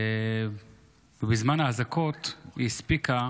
בזמן האזעקות היא הספיקה